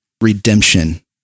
redemption